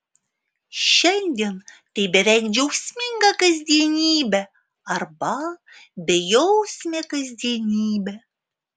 šiandien tai beveik džiaugsminga kasdienybė arba bejausmė kasdienybė